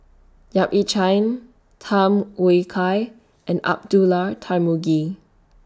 Yap Ee Chian Tham Kai and Abdullah Tarmugi